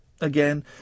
again